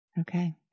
Okay